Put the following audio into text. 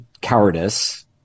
cowardice